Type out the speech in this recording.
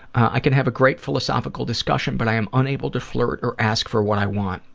i can have a great philosophical discussion but i am unable to flirt or ask for what i want.